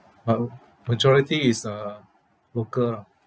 but majority is uh local lah